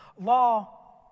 Law